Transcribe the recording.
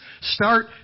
start